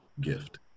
gift